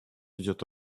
идет